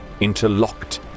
interlocked